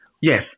yes